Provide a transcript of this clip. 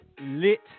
lit